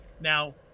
now